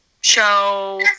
show